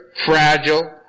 fragile